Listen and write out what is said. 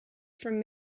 from